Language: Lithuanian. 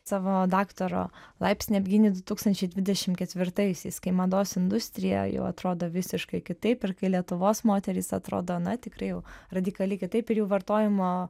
savo daktaro laipsnį apgynei du tūkstančiai dvidešim ketvirtaisiais kai mados industrija jau atrodo visiškai kitaip ir kai lietuvos moterys atrodo na tikrai jau radikaliai kitaip ir jų vartojimo